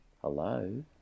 hello